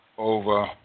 Over